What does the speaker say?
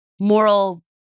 moral